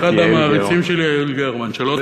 אני אחד המעריצים של יעל גרמן, שלא תחשוב.